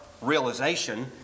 realization